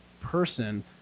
person